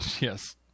Yes